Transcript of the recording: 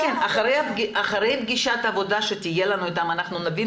אחרי פגישת העבודה שתהיה לנו איתם נבין